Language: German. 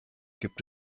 gibt